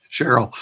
Cheryl